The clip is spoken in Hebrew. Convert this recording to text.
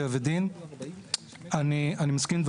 טבע ודין".